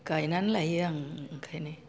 गाइनानै लायो आं ओंखायनो